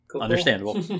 Understandable